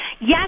Yes